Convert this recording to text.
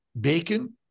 bacon